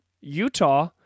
Utah